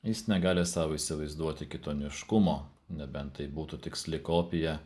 jis negali sau įsivaizduoti kitoniškumo nebent tai būtų tiksli kopija